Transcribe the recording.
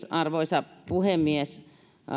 arvoisa puhemies